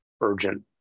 urgent